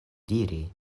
diri